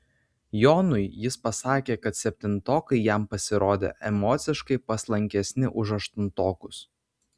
jonui jis pasakė kad septintokai jam pasirodė emociškai paslankesni už aštuntokus